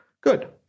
Good